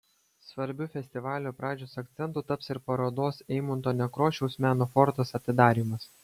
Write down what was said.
svarbiu festivalio pradžios akcentu taps ir parodos eimunto nekrošiaus meno fortas atidarymas